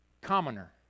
commoner